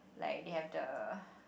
like they have the